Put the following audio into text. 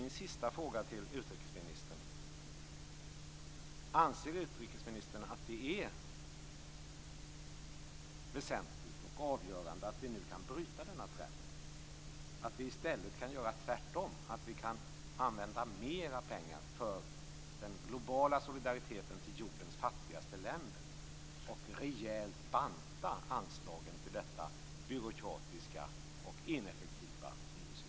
Min sista fråga till utrikesministern är: Anser utrikesministern att det är väsentligt och avgörande att vi nu kan bryta denna trend och i stället göra tvärtom, dvs. använda mer pengar för den globala solidariteten med jordens fattigaste länder och rejält banta anslagen till detta byråkratiska och ineffektiva EU-system?